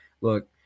look